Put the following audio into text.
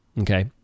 Okay